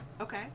Okay